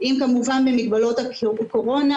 כמובן במגבלות הקורונה,